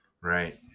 right